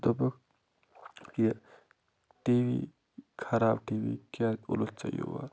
دوٚپُکھ یہِ TV خراب ٹی وی کیٛازِ اوٚنُتھ ژےٚ یور